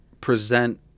Present